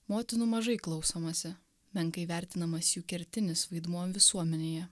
motinų mažai klausomasi menkai vertinamas jų kertinis vaidmuo visuomenėje